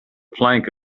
plank